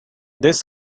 this